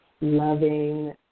loving